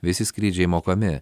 visi skrydžiai mokami